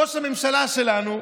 ראש הממשלה שלנו,